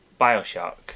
Bioshock